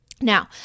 Now